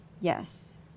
Yes